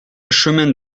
chemin